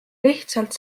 lihtsalt